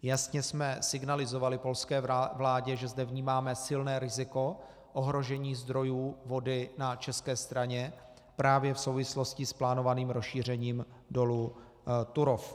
Jasně jsme signalizovali polské vládě, že zde vnímáme silné riziko ohrožení zdrojů vody na české straně právě v souvislosti s plánovaným rozšířením dolu Turów.